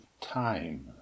time